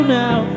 now